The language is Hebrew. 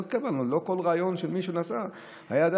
לא כל רעיון שהיה למישהו,